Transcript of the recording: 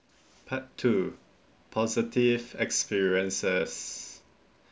part two positive experiences